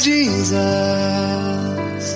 Jesus